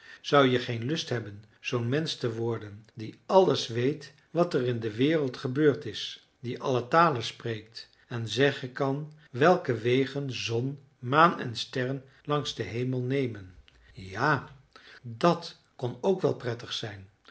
zou je geen lust hebben zoo'n mensch te worden die alles weet wat er in de wereld gebeurd is die alle talen spreekt en zeggen kan welke wegen zon maan en sterren langs den hemel nemen ja dat kon ook wel prettig zijn